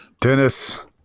Dennis